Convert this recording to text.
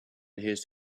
his